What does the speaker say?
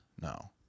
No